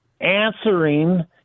answering